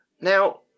Now